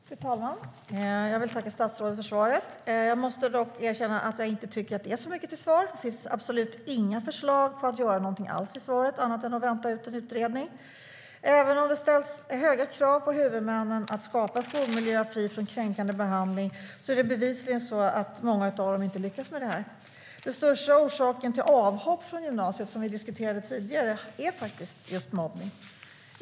Fru talman! Jag vill tacka statsrådet för svaret. Jag måste dock erkänna att jag inte tycker att det är så mycket till svar. Där finns absolut inga förslag på att göra någonting alls, utöver att vänta ut en utredning. Även om det ställs höga krav på huvudmännen om att skapa en skolmiljö fri från kränkande behandling är det bevisligen så att många av dem inte lyckas med detta. Den största orsaken till avhopp från gymnasiet, som vi diskuterade tidigare, är just mobbning.